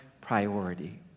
priority